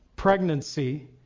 pregnancy